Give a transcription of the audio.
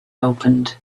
opened